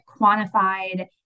quantified